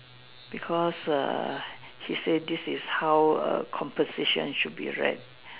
because err he say this is how err composition should be read